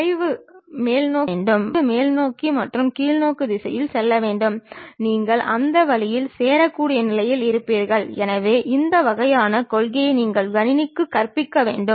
படத்தில் காட்டப்பட்டுள்ள இந்த துணை தளமானது கிடைமட்ட தளத்திற்கு செங்குத்தாக உள்ளது அதே நேரத்தில் செங்குத்து தளத்திற்கு 𝛳 கோணத்தில் உள்ளது